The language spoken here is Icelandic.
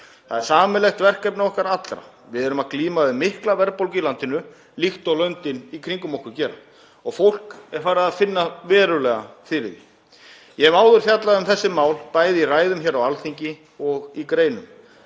Þetta er sameiginlegt verkefni okkar allra. Við glímum við mikla verðbólgu í landinu líkt og löndin í kringum okkur og fólk er farið að finna verulega fyrir því. Ég hef áður fjallað um þessi mál, bæði í ræðum hér á Alþingi og í greinum,